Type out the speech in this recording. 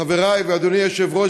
חבריי ואדוני היושב-ראש,